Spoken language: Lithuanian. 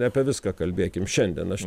ne apie viską kalbėkim šiandien aš